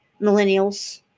Millennials